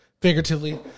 Figuratively